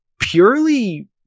purely